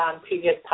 previous